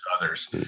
others